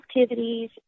activities